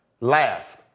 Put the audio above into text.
Last